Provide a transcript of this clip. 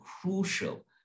crucial